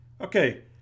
okay